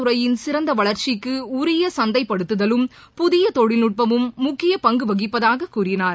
கிறையின் சிறந்தவளர்ச்சிக்குஉரியசந்தைப்படுத்துதலும் புதியதொழில்நட்பமும் வேளான் முக்கியபங்குவகிப்பதாககூறினார்